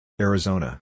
Arizona